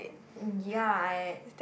ya I